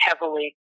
heavily